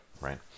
right